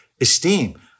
esteem